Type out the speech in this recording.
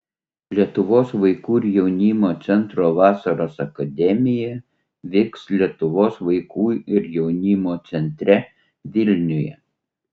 lietuvos vaikų ir jaunimo centro vasaros akademija vyks lietuvos vaikų ir jaunimo centre vilniuje